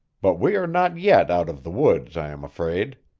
but we are not yet out of the woods, i am afraid.